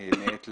מעת לעת.